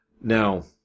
Now